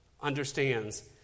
understands